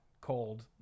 cold